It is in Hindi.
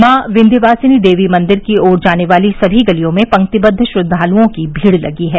मॉ विन्यवासिनी देवी मंदिर की ओर जाने वाली सभी गलियों में पक्तिबद्व श्रद्वालुओं की भीड़ लगी है